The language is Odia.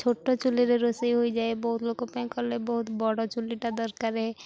ଛୋଟ ଚୁଲିରେ ରୋଷେଇ ହୋଇଯାଏ ବହୁତ ଲୋକ ପାଇଁ କଲେ ବହୁତ ବଡ଼ ଚୁଲିଟା ଦରକାର